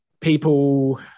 people